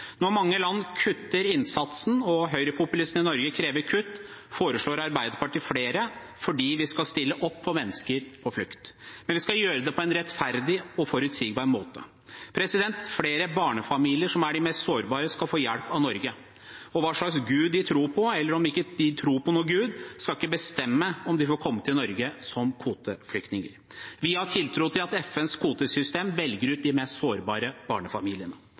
Når mange land kutter innsatsen og høyrepopulistene i Norge krever kutt, foreslår Arbeiderpartiet flere, for vi skal stille opp for mennesker på flukt. Men vi skal gjøre det på en rettferdig og forutsigbar måte. Flere barnefamilier, som er de mest sårbare, skal få hjelp av Norge. Hva slags gud de tror på, eller om de ikke tror på noen gud, skal ikke bestemme om de får komme til Norge som kvoteflyktninger. Vi har tiltro til at FNs kvotesystem velger ut de mest sårbare barnefamiliene.